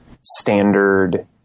standard